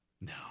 No